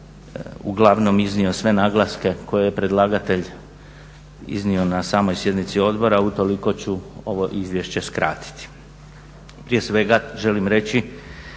uglavnom iznio sve naglaske koje je predlagatelj iznio na samoj sjednici odbora, utoliko ću ovo izvješće skratiti. Prije svega želim reći